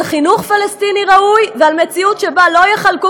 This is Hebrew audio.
על חינוך פלסטיני ראוי ועל מציאות שבה לא יחלקו